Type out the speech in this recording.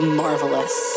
marvelous